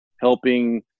helping